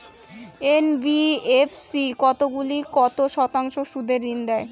NBFC কতগুলি কত শতাংশ সুদে ঋন দেয়?